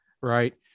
right